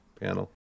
panel